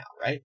Right